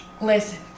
Listen